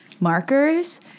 markers